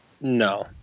No